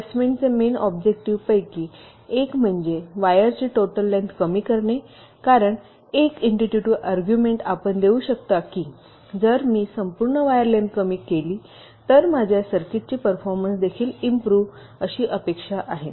तर प्लेसमेंटचे मेन ऑब्जेक्टिव्हपैकी एक म्हणजे वायरची टोटल लेन्थ कमी करणे कारण एक इंटुटीव्ह अर्ग्युमेण्ट आपण देऊ शकता की जर मी संपूर्ण वायर लेन्थ कमी केली तर माझ्या सर्किटची परफॉर्मन्स देखील इम्प्रूव्ह अशी अपेक्षा आहे